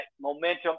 momentum